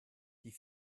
die